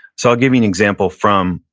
so i'll give you an example from,